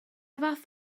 fath